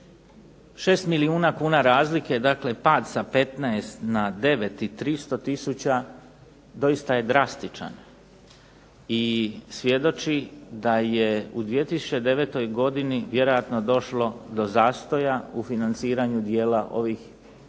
6 milijuna kuna razlike, dakle pad sa 15 na 9 i 300 tisuća doista je drastičan, i svjedoči da je u 2009. godini vjerojatno došlo do zastoja u financiranju dijela ovih za